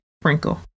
sprinkle